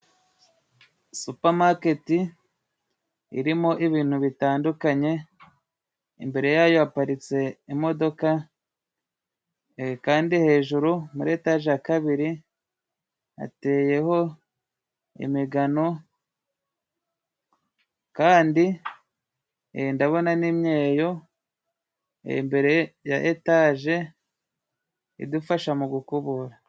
Supamaketi irimo ibintu bitandukanye, imbere yayo haparitse imodoka kandi hejuru muri etaje ya kabiri hateyeho imigano, kandi ndabona n' imyeyo, imbere ya etaje idufasha mu gukubura.